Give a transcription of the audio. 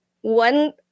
one